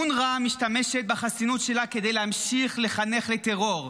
אונר"א משתמשת בחסינות שלה כדי להמשיך לחנך לטרור,